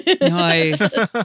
Nice